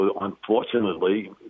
unfortunately